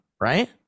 right